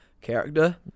character